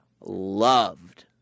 loved